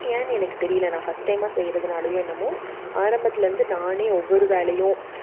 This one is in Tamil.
ஏன்னு எனக்கு தெரியலை நான் ஃபர்ஸ்ட் டைமா செய்யுறதுனாலையோ என்னமோ ஆரம்பத்திலேருந்து நானே ஒவ்வொரு வேலையும்